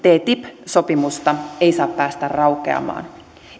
ttip sopimusta ei saa päästä raukeamaan